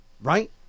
Right